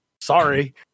Sorry